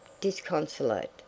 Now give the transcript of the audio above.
disconsolate